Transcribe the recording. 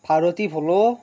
Bharati ভলৌ